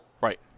Right